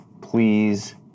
Please